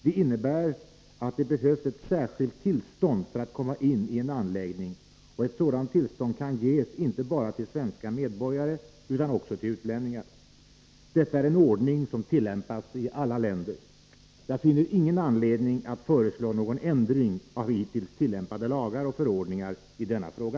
Det innebär att det behövs ett särskilt tillstånd för att komma in i en anläggning, och ett sådant tillstånd kan ges inte bara till svenska medborgare utan också till utlänningar. Detta är en ordning som tillämpas i alla länder. Jag finner ingen anledning att föreslå någon ändring av hittills tillämpade lagar och förordningar i denna fråga.